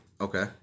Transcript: Okay